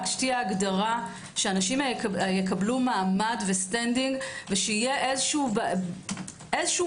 רק שתהיה הגדרה שהאנשים יקבלו מעמד ושיהיה איזשהו